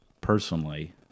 personally